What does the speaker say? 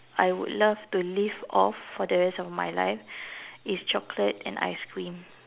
I would love to live off for the rest of my life is chocolate and ice cream